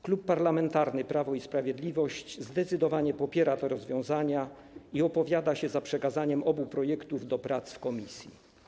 Klub Parlamentarny Prawo i Sprawiedliwość zdecydowanie popiera te rozwiązania i opowiada się za przekazaniem obu projektów do prac w komisji.